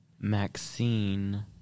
Maxine